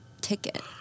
ticket